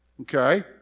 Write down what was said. Okay